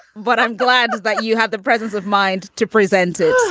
but i'm glad that you had the presence of mind to present it.